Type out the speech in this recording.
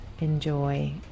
enjoy